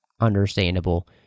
understandable